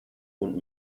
und